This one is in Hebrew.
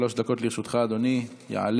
שלוש דקות לרשותך, אדוני.